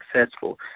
successful